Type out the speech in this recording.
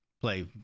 play